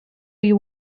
you